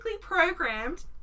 programmed